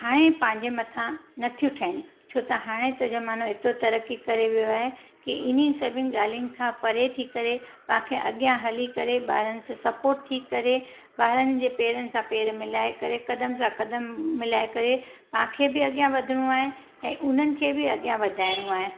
हाणे पंहिंजे मथां नथियूं ठहिनि छो त हाणे त ज़मानो एतिरो तरक़ी करे वियो आहे की इन्ही सभिनि ॻाल्हियुनि खां परे थी करे तव्हांखे अॻियां हली करे ॿारनि सां सपोर्ट थी करे ॿारनि जे पेरनि सां पेर मिलाए करे कदम सां कदमु मिलाए करे पाणखे बि अॻियां वधिणो आहे ऐं उन्हनि खे बि अॻियां वधाइणो आहे